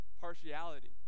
partiality